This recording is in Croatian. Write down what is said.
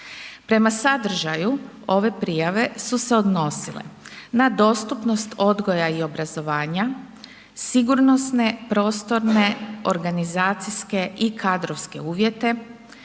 Prema sadržaju ove prijave su se odnosile na dostupnost odgoja i obrazovanja, sigurnosne, prostorne, organizacijske i kadrovske uvjete,